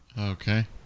Okay